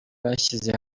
bashyize